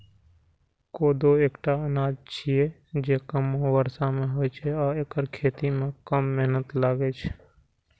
कोदो एकटा अनाज छियै, जे कमो बर्षा मे होइ छै आ एकर खेती मे कम मेहनत लागै छै